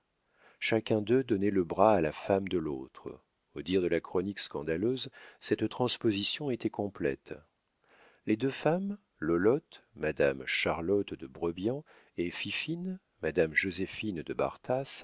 chacun d'eux donnait le bras à la femme de l'autre au dire de la chronique scandaleuse cette transposition était complète les deux femmes lolotte madame charlotte de brebian et fifine madame joséphine de